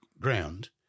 ground